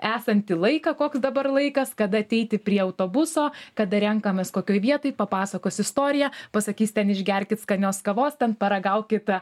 esantį laiką koks dabar laikas kada ateiti prie autobuso kada renkamės kokioj vietoj papasakos istoriją pasakys ten išgerkit skanios kavos ten paragaukit